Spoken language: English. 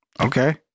Okay